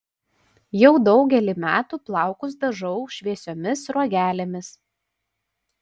jau daugelį metų plaukus dažau šviesiomis sruogelėmis